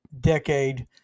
decade